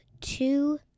two